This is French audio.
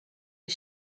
les